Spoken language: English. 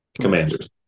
Commanders